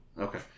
Okay